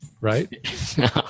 right